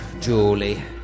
Julie